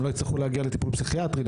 הם לא יצטרכו להגיע לטיפול פסיכיאטרי,